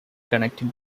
connecting